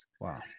wow